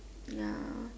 ya